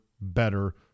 better